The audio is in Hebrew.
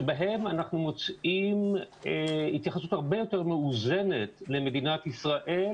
שבהם אנחנו מוצאים התייחסות הרבה יותר מאוזנת למדינת ישראל,